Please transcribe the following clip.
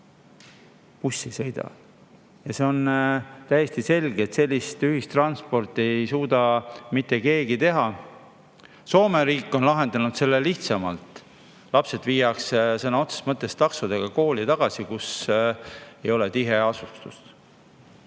Buss ei sõida! On täiesti selge, et sellist ühistransporti ei suuda mitte keegi teha. Soome riik on selle lahendanud lihtsamalt: lapsed viiakse sõna otseses mõttes taksodega kooli ja koju tagasi, kui ei ole tiheasustust.